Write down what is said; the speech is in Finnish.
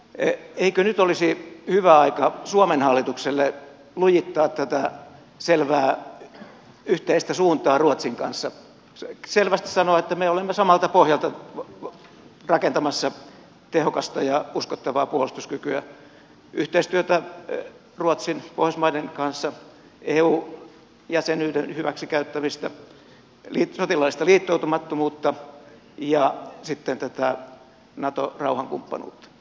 eikö nyt olisi hyvä aika suomen hallitukselle lujittaa tätä selvää yhteistä suuntaa ruotsin kanssa selvästi sanoa että me olemme samalta pohjalta rakentamassa tehokasta ja uskottavaa puolustuskykyä yhteistyötä ruotsin pohjoismaiden kanssa eu jäsenyyden hyväksikäyttämistä sotilaallista liittoumattomuutta ja sitten tätä nato rauhankumppanuutta